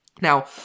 Now